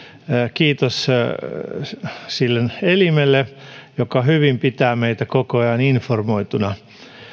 kiitos sille elimelle joka hyvin pitää meitä koko ajan informoituna